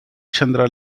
chandra